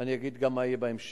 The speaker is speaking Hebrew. ואני אגיד גם מה יהיה בהמשך.